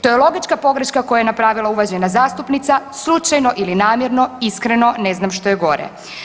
To je logička pogreška koju je napravila uvažena zastupnica slučajno ili namjerno iskreno ne znam što je gore.